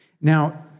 Now